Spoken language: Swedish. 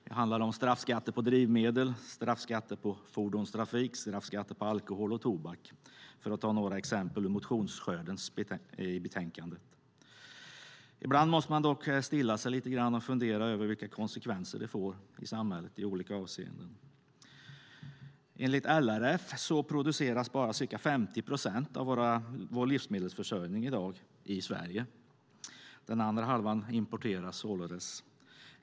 Det handlar om straffskatter på drivmedel, straffskatter på fordonstrafik, straffskatter på alkohol och tobak, för att ta några exempel ur motionsskörden som behandlas i betänkandet. Ibland måste man dock stilla sig lite och fundera över vilka konsekvenser det får i samhället i olika avseenden. Enligt LRF produceras bara ca 50 procent av vår livsmedelsförsörjning i dag i Sverige. Den andra halvan importeras således.